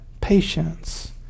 patience